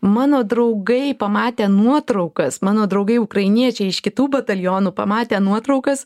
mano draugai pamatę nuotraukas mano draugai ukrainiečiai iš kitų batalionų pamatę nuotraukas